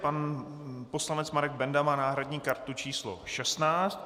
Pan poslanec Marek Benda má náhradní kartu číslo 16.